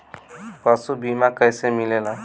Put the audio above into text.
पशु बीमा कैसे मिलेला?